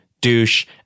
douche